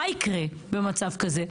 מה יקרה במצב כזה?